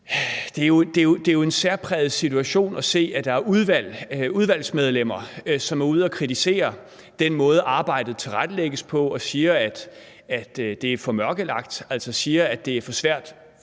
det jo også en særpræget situation at se, at der er udvalgsmedlemmer, som er ude at kritisere den måde, arbejdet tilrettelægges på, og som siger, at det er for mørkelagt, altså at det er for svært